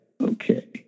okay